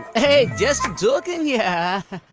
hey, just joking. yeah